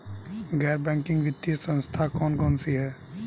गैर बैंकिंग वित्तीय संस्था कौन कौन सी हैं?